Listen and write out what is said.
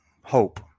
hope